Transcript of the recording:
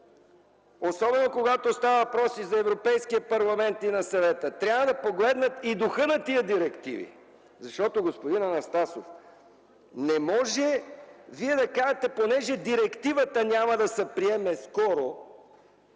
особено когато става въпрос за Европейския парламент и за Съвета, трябва да погледнат и духа на тези директиви. Господин Анастасов, не може Вие да казвате, понеже директивата няма да се приеме скоро,